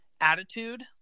attitude